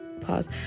pause